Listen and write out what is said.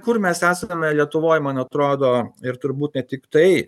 kur mes esame lietuvoj man atrodo ir turbūt tiktai